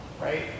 right